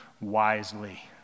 wisely